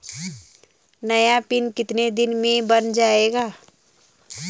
नया पिन कितने दिन में बन जायेगा?